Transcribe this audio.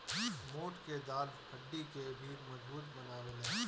मोठ के दाल हड्डी के भी मजबूत बनावेला